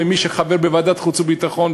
ומי שחבר בוועדת חוץ וביטחון,